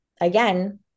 again